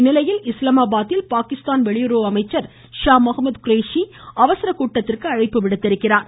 இந்நிலையில் இஸ்லாமாபாத்தில் பாகிஸ்தான் வெளியுறவு அமைச்சர் ஷா முகமது குரேஷி அவசரக் கூட்டத்திற்கு அழைப்பு விடுத்திருக்கிறார்